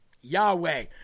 Yahweh